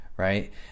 Right